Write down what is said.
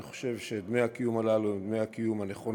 אני חושב שדמי הקיום הללו הם דמי הקיום הנכונים,